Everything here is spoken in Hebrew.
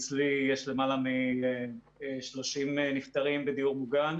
אצלי יש למעלה מ-30 נפטרים בדיור מוגן.